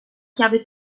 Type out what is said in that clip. chiave